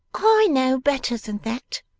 i know better than that.